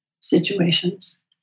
situations